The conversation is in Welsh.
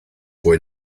fwy